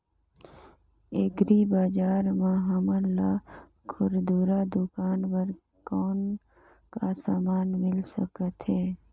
Agri बजार म हमन ला खुरदुरा दुकान बर कौन का समान मिल सकत हे?